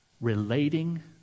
relating